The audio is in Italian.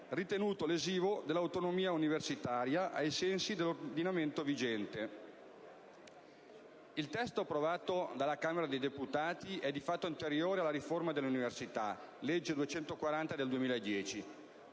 ritenuto lesivo dell'autonomia universitaria, ai sensi dell'ordinamento vigente. Il testo approvato dalla Camera dei deputati è di fatto anteriore alla riforma dell'università (legge n. 240 del 2010).